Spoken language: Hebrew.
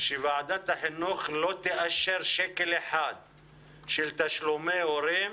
שוועדת החינוך לא תאשר שקל אחד של תשלומי הורים